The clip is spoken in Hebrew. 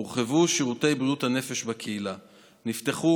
הורחבו שירותי בריאות הנפש בקהילה ונפתחו